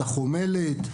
החומלת,